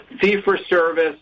fee-for-service